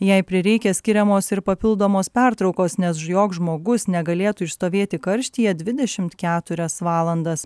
jei prireikia skiriamos ir papildomos pertraukos nes joks žmogus negalėtų išstovėti karštyje dvidešimt keturias valandas